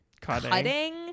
cutting